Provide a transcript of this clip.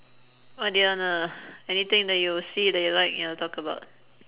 what do you wanna anything that you see that you like you wanna talk about